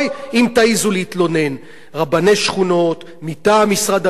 רבני שכונות מטעם משרד הדתות, מטעם הממשלה הזאת.